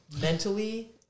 mentally